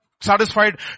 satisfied